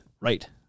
Right